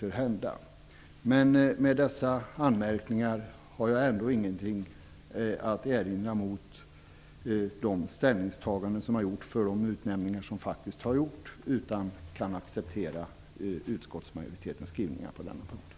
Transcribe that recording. Med dessa anmärkningar har jag ändå ingenting att erinra mot de ställningstaganden som har gjorts för de utnämningar som faktiskt har gjorts, utan kan acceptera utskottsmajoritetens skrivningar på denna punkt.